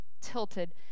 tilted